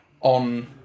on